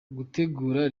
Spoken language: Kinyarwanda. gutegura